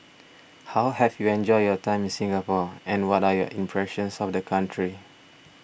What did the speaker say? how have you enjoyed your time in Singapore and what are your impressions of the country